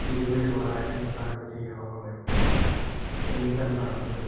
Tirur wagon tragedy hall Thunchan Parambu